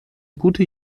gute